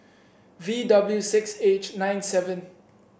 V W six H nine seven